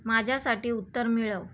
माझ्यासाठी उत्तर मिळव